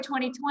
2020